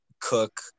cook